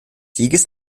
sieges